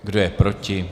Kdo je proti?